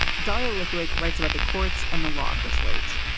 dial lithwick writes about the courts and the law for slate.